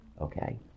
Okay